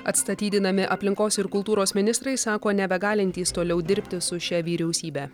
atstatydinami aplinkos ir kultūros ministrai sako nebegalintys toliau dirbti su šia vyriausybe